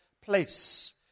place